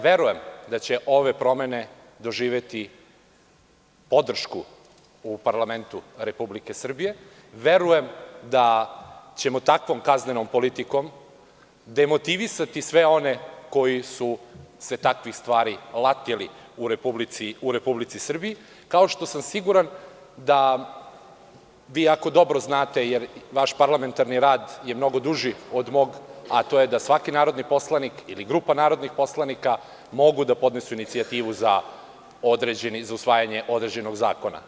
Verujem da će ove promene doživeti podršku u parlamentu Republike Srbije i verujem da ćemo takvom kaznenom politikom demotivisati sve one koji su se takvih stvari latili u Republici Srbiji, kao što sam siguran da, vi ako dobro znate, jer vaš parlamentarni rad je mnogo duži od mog, a to je da svaki narodni poslanik ili grupa narodnih poslanika mogu da podnesu inicijativu za usvajanje određenog zakona.